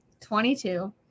22